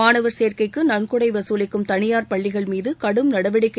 மாணவர் சேர்க்கைக்கு நன்கொடை வசூலிக்கும் தனியார் பள்ளிகள் மீது கடும் நடவடிக்கை